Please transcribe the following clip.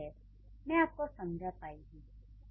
उम्मीद है मैं आपको समझा पाई हूँ